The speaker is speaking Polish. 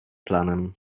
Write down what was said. planem